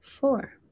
four